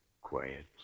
quiet